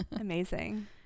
amazing